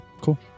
Cool